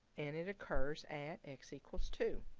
and it occurs at x equals two.